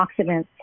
antioxidants